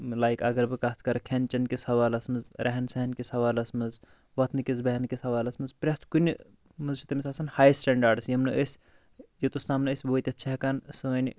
like اگر بہٕ کَتھ کَرٕ کھٮ۪ن چٮ۪نٕچ کِس حوالَس مَنٛز رہن سہن کِس حوالِس مَنٛز وۄتھٕ نٕکِس بیٚہنہٕ کِس حوالَس مَنٛز پرٮ۪تھ کُنہِ مَنٛز چھُ تٔمِس آسان ہاے سِٹَنڑاڈٕس یِم نہٕ أسۍ یوٚتُس تام نہٕ أسۍ واتِتھ چھِ ہیکان سٲنۍ